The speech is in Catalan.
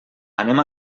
anem